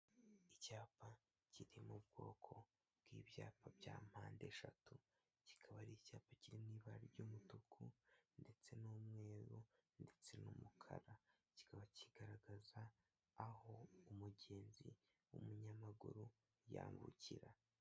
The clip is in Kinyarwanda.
Icyapa kiri mu bwoko bw'ibyapa bya mpandeshatu, kikaba ari icyapa kimwibara ry'umutuku ndetse n'umweru, ndetse n'umukara, kikaba kigaragaza aho umugenzi w'umunyamaguru yambukira.